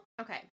okay